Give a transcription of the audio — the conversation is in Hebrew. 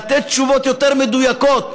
לתת תשובות יותר מדויקות,